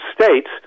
States